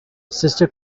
sister